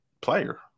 player